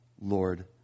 Lord